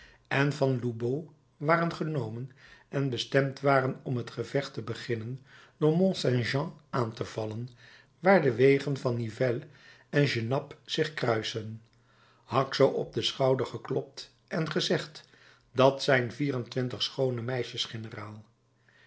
en van lobau waren genomen en bestemd waren om t gevecht te beginnen door mont saint jean aan te vallen waar de wegen van nivelles en genappe zich kruisen haxo op den schouder geklopt en gezegd dat zijn vierentwintig schoone